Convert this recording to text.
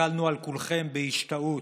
הסתכלנו על כולכם בהשתאות,